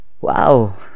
wow